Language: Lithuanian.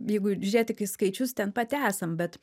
jeigu žiūrėt tik į skaičius ten pat esam bet